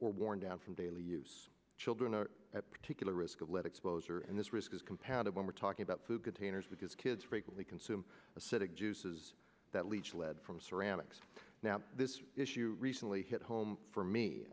or worn down from daily use children are at particular risk of let exposure and this risk is compounded when we're talking about food containers because kids frequently consume acidic juices that leach lead from ceramics now this issue recently hit home for